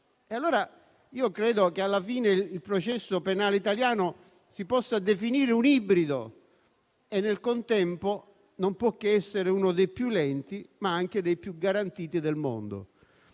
Ritengo pertanto che alla fine il processo penale italiano si possa definire un ibrido e nel contempo non possa che essere uno dei più lenti, ma anche dei più garantiti del mondo.